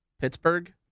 Pittsburgh